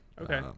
okay